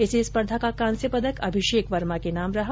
इसी स्पर्धा का कांस्य पदक अभिषेक वर्मा के नाम रहा